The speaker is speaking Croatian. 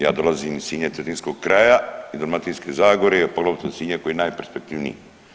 Ja dolazim iz Sinja iz Cetinskog kraja i Dalmatinske Zagore, polovica Sinja koji je najperspektivniji.